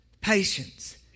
patience